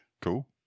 Cool